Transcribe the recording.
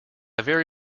very